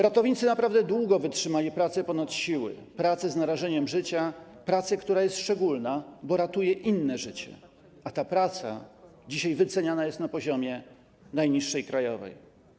Ratownicy naprawdę długo wytrzymali pracę ponad siły, pracę z narażeniem życia, pracę, która jest szczególna, bo ratuje inne życie, a ta praca dzisiaj wyceniana jest na poziomie najniższej krajowej.